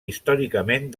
històricament